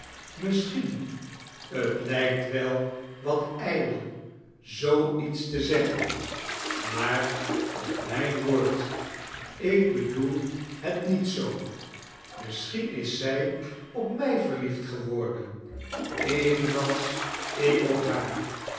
t lijkt wel wat ijdel zoo iets te zeggen maar op mijn wooed ik bedoel het niet zoo misschien is zij op mij verliefd geworden evenals ik op haar